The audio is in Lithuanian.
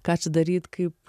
ką čia daryt kaip